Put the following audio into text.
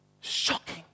Shocking